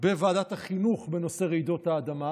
בוועדת החינוך בנושא רעידות האדמה,